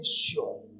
sure